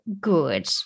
good